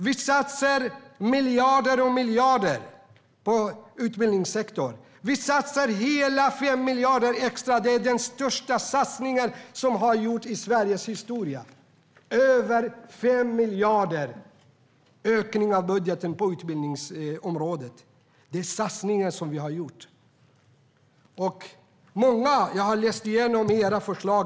Vi satsar miljarder på utbildningssektorn. Vi satsar hela 5 miljarder extra. Det är den största satsning som har gjorts i Sveriges historia. Budgeten på utbildningsområdet ökas med över 5 miljarder. Den satsningen har vi gjort. Jag har läst igenom era förslag.